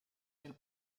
nel